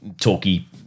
talky